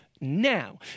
now